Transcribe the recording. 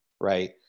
right